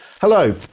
Hello